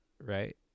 Right